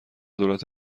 دولت